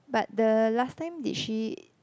but the last time did she